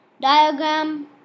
diagram